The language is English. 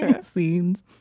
Scenes